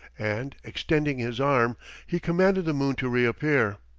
and extending his arm he commanded the moon to reappear.